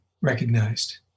recognized